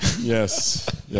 Yes